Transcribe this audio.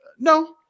No